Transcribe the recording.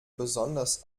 besonders